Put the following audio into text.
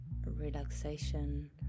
relaxation